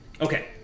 Okay